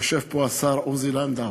יושב פה השר עוזי לנדאו,